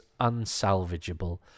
unsalvageable